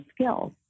skills